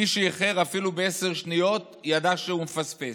מי שאיחר אפילו בעשר שניות, ידע שהוא מפספס,